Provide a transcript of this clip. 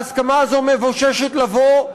שההסכמה הזו מבוששת לבוא,